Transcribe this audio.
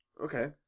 okay